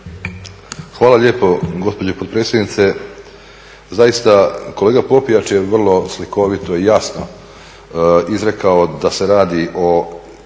Hvala lijepo gospođo potpredsjednice. Zaista, kolega Popijač je vrlo slikovito i jasno izrekao da se radi, o